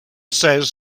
says